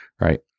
right